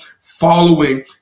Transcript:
following